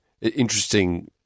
Interesting